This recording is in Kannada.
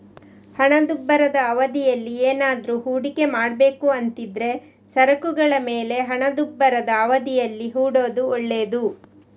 ಹಣದುಬ್ಬರದ ಅವಧಿಯಲ್ಲಿ ಏನಾದ್ರೂ ಹೂಡಿಕೆ ಮಾಡ್ಬೇಕು ಅಂತಿದ್ರೆ ಸರಕುಗಳ ಮೇಲೆ ಹಣದುಬ್ಬರದ ಅವಧಿಯಲ್ಲಿ ಹೂಡೋದು ಒಳ್ಳೇದು